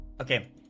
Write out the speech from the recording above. okay